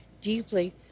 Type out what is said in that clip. deeply